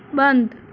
बंद